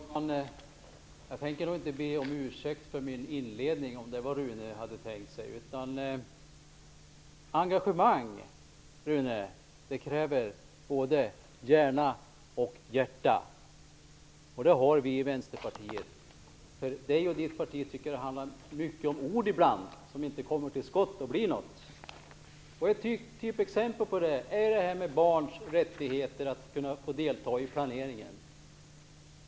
Fru talman! Jag tänker inte be om ursäkt för min inledning, om det var detta som Rune Evensson hade tänkt sig. Engagemang, Rune Evensson, kräver både hjärna och hjärta, och det har vi i Vänsterpartiet. För Rune Evensson och hans parti tycker jag att det ibland handlar mycket om ord men att man sedan inte kommer till skott så att det blir något. Ett typexempel på detta är frågan om barns rättigheter att få delta i planeringen.